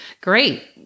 great